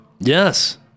yes